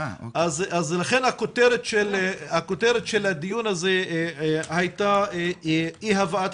לכן הכותרת של הדיון הזה הייתה אי הבאת